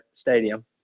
Stadium